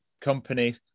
Company